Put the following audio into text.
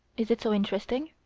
is it so interesting?